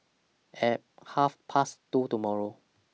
At Half Past two tomorrow